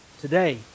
today